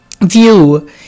view